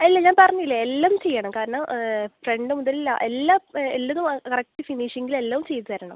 അല്ല ഞാൻ പറഞ്ഞില്ലേ എല്ലാം ചെയ്യണം കാരണം ഫ്രണ്ട് മുതൽ എല്ലാ എല്ലാതും ആ കറക്റ്റ് ഫിനിഷിംങ്ങിലെല്ലം ചെയ്ത് തരണം